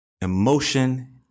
emotion